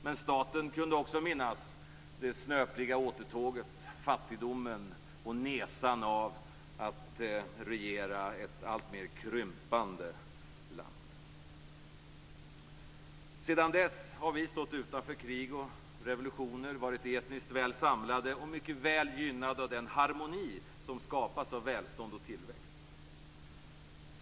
Men de statliga företrädarna kunde också minnas det snöpliga återtåget, fattigdomen och nesan av att regera ett alltmer krympande land. Sedan dess har vi stått utanför krig och revolutioner, varit etniskt väl samlade och mycket gynnade av den harmoni som skapats av välstånd och tillväxt.